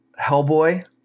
Hellboy